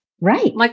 Right